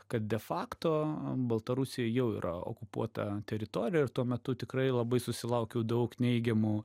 kad de fakto baltarusija jau yra okupuota teritorija ir tuo metu tikrai labai susilaukiau daug neigiamų